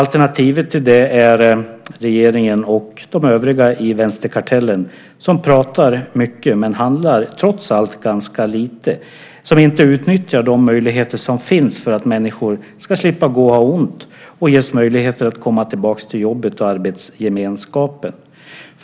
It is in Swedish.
Alternativet till det är regeringen och de övriga i vänsterkartellen som pratar mycket men trots allt handlar ganska lite och inte utnyttjar de möjligheter som finns för att människor ska slippa ha ont och ges möjlighet att komma tillbaka till jobbet och arbetsgemenskapen.